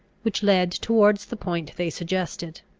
which led towards the point they suggested.